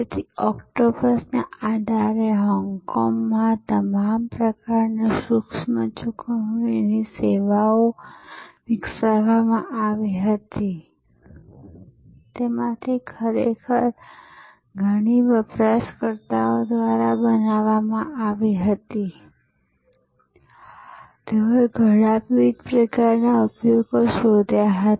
તેથી આ ઓક્ટોપસના આધારે હોંગકોંગમાં તમામ પ્રકારની સૂક્ષ્મ ચુકવણી સેવાઓ વિકસાવવામાં આવી હતી તેમાંથી ઘણી ખરેખર વપરાશકર્તાઓ દ્વારા બનાવવામાં આવી હતી તેઓએ ઘણા વિવિધ પ્રકારના ઉપયોગો શોધ્યા હતા